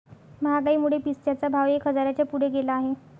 महागाईमुळे पिस्त्याचा भाव एक हजाराच्या पुढे गेला आहे